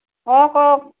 অ কওক